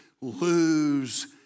lose